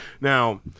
Now